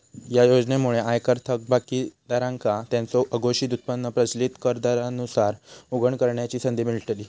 या योजनेमुळे आयकर थकबाकीदारांका त्यांचो अघोषित उत्पन्न प्रचलित कर दरांनुसार उघड करण्याची संधी मिळतली